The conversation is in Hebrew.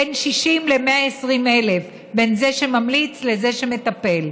בין 60,000 ל-120,000, בין זה שממליץ לזה שמטפל.